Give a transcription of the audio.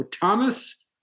Thomas